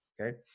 Okay